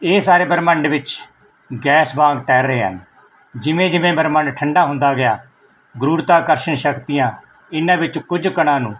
ਇਹ ਸਾਰੇ ਬ੍ਰਹਿਮੰਡ ਵਿੱਚ ਗੈਸ ਵਾਂਗ ਤੈਰ ਰਹੇ ਹਨ ਜਿਵੇਂ ਜਿਵੇਂ ਬ੍ਰਹਿਮੰਡ ਠੰਡਾ ਹੁੰਦਾ ਗੁਰੂਤਾਕਰਸ਼ਣ ਸ਼ਕਤੀਆਂ ਇਹਨਾਂ ਵਿੱਚ ਕੁਝ ਕਣਾਂ ਨੂੰ